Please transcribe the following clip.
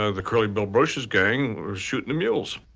ah the curly bill brocius gang, was shooting the mules.